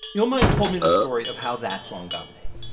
illmind told me this story of how that song got made.